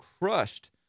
crushed